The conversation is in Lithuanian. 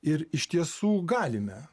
ir iš tiesų galime